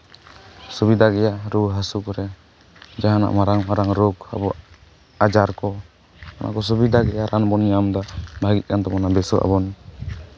ᱥᱩᱵᱤᱫᱷᱟ ᱜᱮᱭᱟ ᱨᱩᱣᱟᱹ ᱦᱟᱹᱥᱩ ᱠᱚᱨᱮᱫ ᱡᱟᱦᱟᱱᱟᱜ ᱢᱟᱨᱟᱝᱼᱢᱟᱨᱟᱝ ᱨᱳᱜᱽ ᱟᱵᱚᱣᱟᱝ ᱟᱡᱟᱨ ᱠᱚ ᱚᱱᱟ ᱠᱚ ᱥᱩᱵᱤᱫᱷᱟ ᱜᱮᱭᱟ ᱨᱟᱱ ᱵᱚᱱ ᱧᱟᱢᱮᱫᱟ ᱚᱱᱟ ᱦᱩᱭᱩᱜ ᱠᱟᱱ ᱛᱟᱵᱚᱱᱟ ᱵᱮᱥᱚᱜ ᱟᱵᱚᱱ